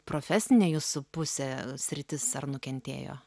profesinė jūsų pusė sritis ar nukentėjo